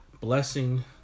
blessing